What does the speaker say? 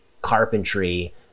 carpentry